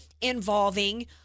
involving